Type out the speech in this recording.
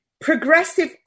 Progressive